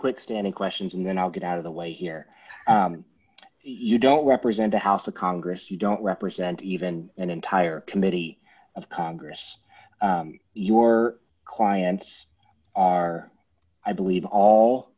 quick standing questions and then i'll get out of the way here you don't represent a house of congress you don't represent even an entire committee of congress your clients are i believe